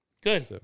Good